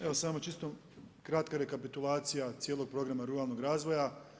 Evo samo čisto kratka rekapitulacija cijelog programa ruralnog razvoja.